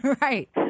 Right